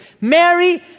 Mary